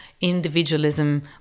individualism